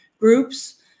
groups